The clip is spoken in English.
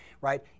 right